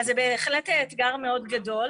אז איך נגבש את זה בלי הדעה שלכם?